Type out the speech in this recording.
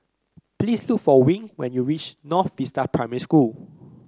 please look for Wing when you reach North Vista Primary School